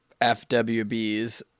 FWBs